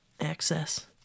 access